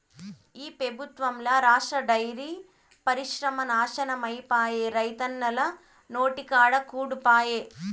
ఈ పెబుత్వంల రాష్ట్ర డైరీ పరిశ్రమ నాశనమైపాయే, రైతన్నల నోటికాడి కూడు పాయె